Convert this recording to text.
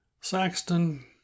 Saxton